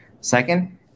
Second